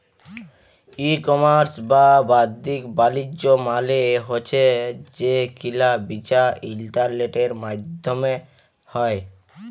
ই commerce বা বাদ্দিক বালিজ্য মালে হছে যে কিলা বিচা ইলটারলেটের মাইধ্যমে হ্যয়